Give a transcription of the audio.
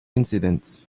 incidents